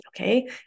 Okay